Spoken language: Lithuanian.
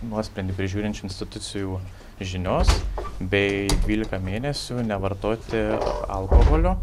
nuosprendį prižiūrinčių institucijų žinios bei dvylika mėnesių nevartoti alkoholio